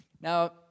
Now